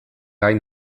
gai